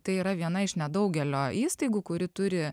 tai yra viena iš nedaugelio įstaigų kuri turi